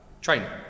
training